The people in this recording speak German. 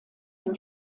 dem